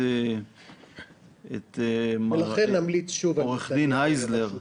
את עורך דין הייזלר.